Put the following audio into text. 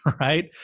right